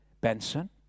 Benson